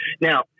Now